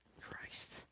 Christ